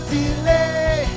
delay